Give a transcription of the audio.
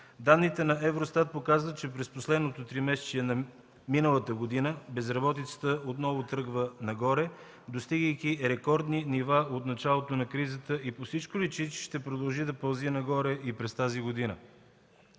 Данните на Евростат показват, че през последното тримесечие на миналата година безработицата отново тръгва нагоре, достигайки рекордни нива от началото на кризата, и по всичко личи, че ще продължи да пълзи нагоре и през тази година.